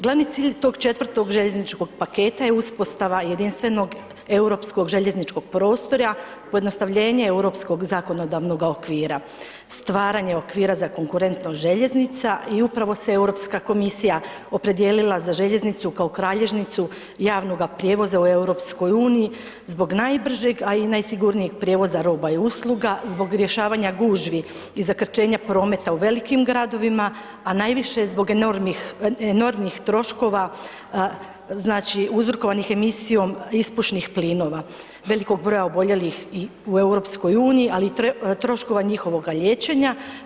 Glavni cilj tog 4 željezničkog paketa je uspostava jedinstvenog europskog željezničkog prostora, pojednostavljenje europskog zakonodavnog okvira, stvaranje okvira za konkurentnost željeznica i upravo se Europska komisija opredijelila za željeznicu kao kralježnicu javnoga prijevoza u EU zbog najbržeg, a i najsigurnijeg prijevoza roba i usluga, zbog rješavanja gužvi i zakrčenja prometa u velikim gradovima, a najviše zbog enormnih, enormnih troškova znači uzrokovanih emisijom ispušnih plinova, velikog broja oboljelih i u EU, ali i troškova njihovoga liječenja.